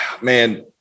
man